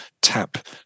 tap